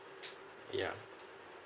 yeah